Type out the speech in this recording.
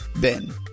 Ben